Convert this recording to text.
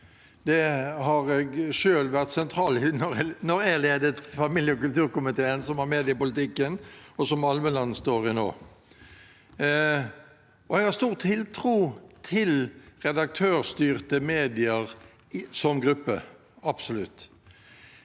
Det har jeg selv vært sentral i da jeg ledet familie- og kulturkomiteen, som har mediepolitikken, og som Almeland står i nå. Jeg har stor tiltro til redaktørstyrte medier som gruppe, absolutt.